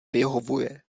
vyhovuje